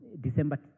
December